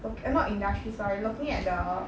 look not industry sorry looking at the